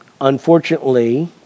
unfortunately